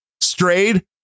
strayed